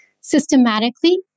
systematically